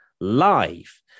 live